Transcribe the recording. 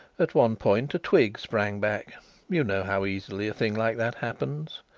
at one point a twig sprang back you know how easily a thing like that happens.